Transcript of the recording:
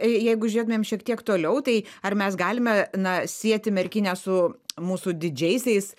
jeigu žiūrėtumėm šiek tiek toliau tai ar mes galime na sieti merkinę su mūsų didžiaisiais